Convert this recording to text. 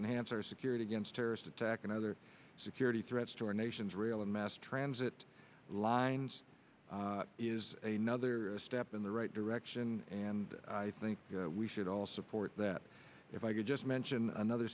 enhance our security against terrorist attack and other security threats to our nation's rail and mass transit lines is a nother step in the right direction and i think we should all support that if i could just mention another